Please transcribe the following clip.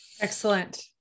Excellent